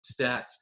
stats